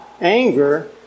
anger